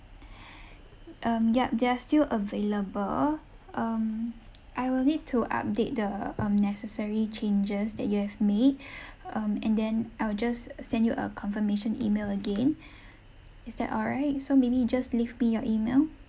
um yup they are still available um I will need to update the um necessary changes that you have made um and then I'll just send you a confirmation email again is that all right so maybe just leave me your email